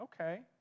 okay